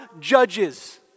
judges